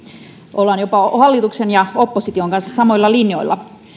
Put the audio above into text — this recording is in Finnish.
ollaan jopa hallituksen ja opposition kesken samoilla linjoilla